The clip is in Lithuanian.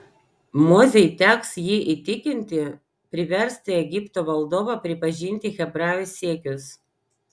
mozei teks jį įtikinti priversti egipto valdovą pripažinti hebrajų siekius